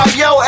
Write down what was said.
yo